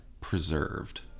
preserved